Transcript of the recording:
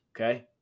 Okay